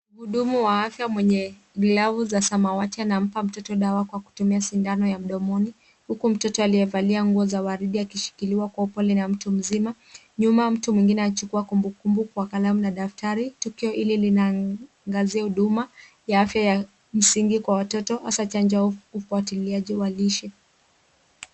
Mhudumu wa afya mwenye glavu za samawati anampa mtoto dawa kwa kutumia sindano ya mdomoni huku mtoto aliyevalia nguo za waridi akishikiliwa kwa upole na mtu mzima. Nyuma mtu mwingine anachukua kumbukumbu kwa kalamu na daftari. Tukio hili linaangazia huduma ya afya ya msingi kwa watoto hasa chanjo ya ufuatiliaji wa lishe.